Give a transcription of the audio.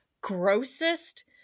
grossest